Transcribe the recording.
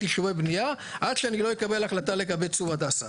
אישורי בנייה עד שאני לא אקבל החלטה לגבי צור הדסה.